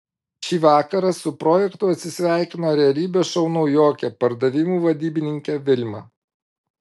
šį vakarą su projektu atsisveikino realybės šou naujokė pardavimų vadybininkė vilma